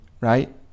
right